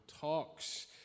talks